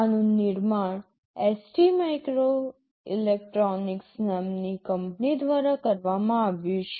આનું નિર્માણ ST Microelectronics નામની કંપની દ્વારા કરવામાં આવ્યું છે